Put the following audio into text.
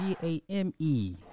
G-A-M-E